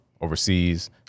overseas